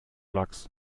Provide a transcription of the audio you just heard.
lax